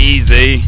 Easy